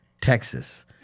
Texas